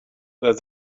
that